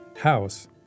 house